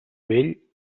vell